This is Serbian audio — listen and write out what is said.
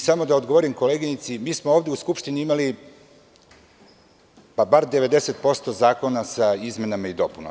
Samo da odgovorim koleginici – mi smo ovde u Skupštini imali pa bar 90% zakona sa izmenama i dopunama.